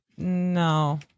No